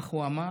כך הוא אומר.